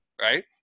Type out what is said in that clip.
right